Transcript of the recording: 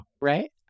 Right